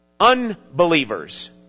unbelievers